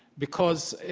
because,